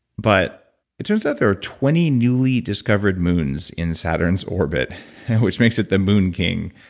but it turns out there are twenty newly discovered moons in saturn's orbit which makes it the moon king.